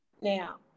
Now